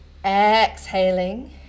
exhaling